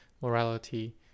morality